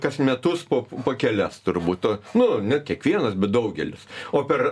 kas metus po po kelias turbūt o nu ne kiekvienas bet daugelis o per